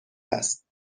است